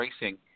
Racing